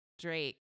Drake